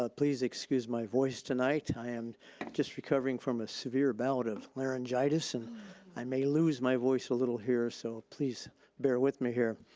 ah please excuse my voice tonight. i am just recovering from a severe bout of laryngitis and i may lose my voice a little here so please bear with me here.